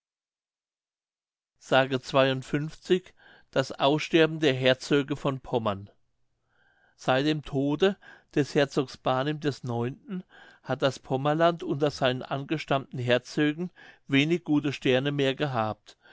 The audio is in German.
s das aussterben der herzöge von pommern seit dem tode des herzogs barnim ix hat das pommerland unter seinen angestammten herzögen wenig gute sterne mehr gehabt